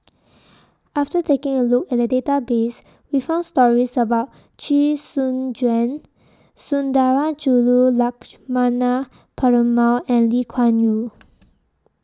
after taking A Look At The Database We found stories about Chee Soon Juan Sundarajulu Lakshmana Perumal and Lee Kuan Yew